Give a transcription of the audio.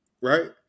right